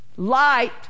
light